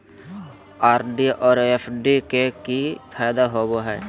RD और FD के की फायदा होबो हइ?